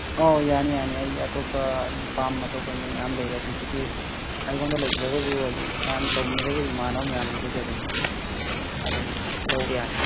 ꯑꯧ ꯌꯥꯅꯤ ꯌꯥꯅꯤ ꯑꯩ ꯑꯇꯣꯞꯄ ꯑꯩꯒꯤ ꯐꯥꯝ ꯑꯇꯣꯞꯄꯁꯨ ꯃꯌꯥꯝ ꯂꯩ ꯑꯗꯨꯗꯒꯤ ꯑꯩꯉꯣꯟꯗ ꯂꯩꯇ꯭ꯔꯒꯁꯨ ꯍꯧꯖꯤꯛ ꯃꯌꯥꯝ ꯇꯧꯃꯤꯟꯅꯔꯤꯕ ꯏꯃꯥꯟꯅꯕ ꯃꯌꯥꯝꯗꯨꯗꯒꯤ ꯑꯗꯨꯝ ꯑꯗꯨꯝ ꯂꯧꯕ ꯌꯥꯅꯤ